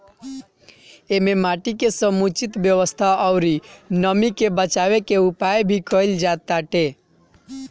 एमे माटी के समुचित व्यवस्था अउरी नमी के बाचावे के उपाय भी कईल जाताटे